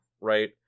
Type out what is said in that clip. Right